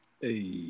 Hey